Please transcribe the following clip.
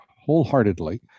wholeheartedly